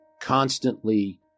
constantly